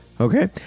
Okay